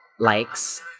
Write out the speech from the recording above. likes